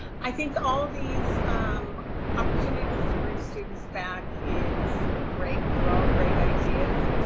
i think all of these um opportunities to bring students back is great. they are all great ideas,